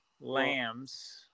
lambs